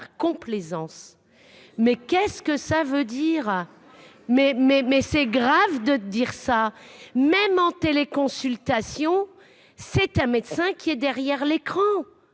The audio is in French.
complaisance mais qu'est-ce que ça veut dire mais mais mais c'est grave de dire ça, même en téléconsultation, c'est un médecin qui est derrière l'écran